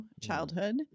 childhood